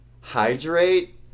hydrate